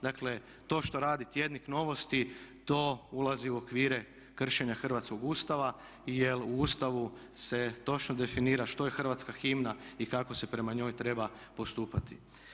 Dakle to što radi tjednik Novosti to ulazi u okvire kršenja hrvatskog Ustava jer u Ustavu se točno definira što je hrvatska himna i kako se prema njoj treba postupati.